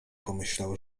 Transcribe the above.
pomyślał